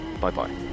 bye-bye